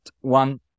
one